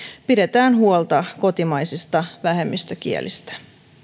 pidetään huolta kotimaisista vähemmistökielistä